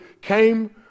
came